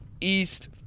East